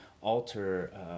alter